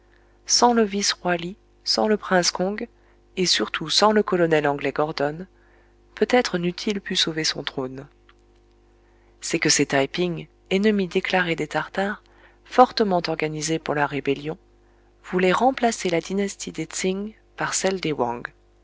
sans le vice roi li sans le prince kong et surtout sans le colonel anglais gordon peut-être n'eût-il pu sauver son trône c'est que ces taï ping ennemis déclarés des tartares fortement organisés pour la rébellion voulaient remplacer la dynastie des tsing par celle des wang